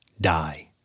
die